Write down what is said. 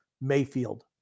Mayfield